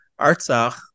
Artsakh